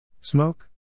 Smoke